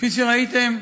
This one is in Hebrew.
כפי שראיתם,